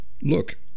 Look